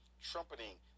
trumpeting